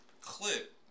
clip